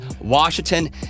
Washington